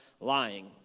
lying